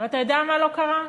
אבל אתה יודע מה לא קרה?